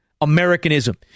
Americanism